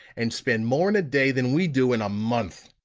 and spend more in a day than we do in a month!